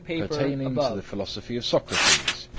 pertaining to the philosophy of socrates.